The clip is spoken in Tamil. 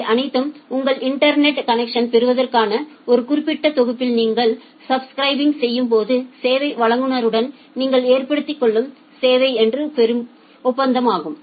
இவை அனைத்தும் உங்கள் இன்டர்நெட் கனக்ஸன் பெறுவதற்கான ஒரு குறிப்பிட்ட தொகுப்புபில் நீங்கள் ஸப்ஸ்கிரைபிங் செய்யும்போது சேவை வழங்குநருடன் நீங்கள் ஏற்படுத்திக்கொள்ளும் சேவை நிலை ஒப்பந்தமாகும்